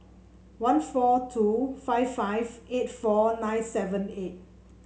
one four two five five eight four nine seven eight